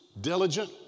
diligent